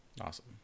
Awesome